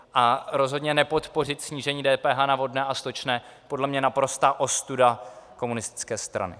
A rozhodně nepodpořit snížení DPH na vodné a stočné je podle mě naprostá ostuda komunistické strany.